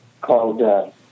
called